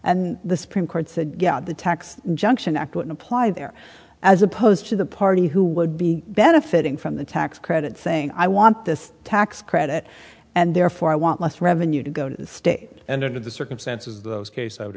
and the supreme court said the tax junction act would apply there as opposed to the party who would be benefiting from the tax credit thing i want this tax credit and therefore i want less revenue to go to the state and under the circumstances those case i would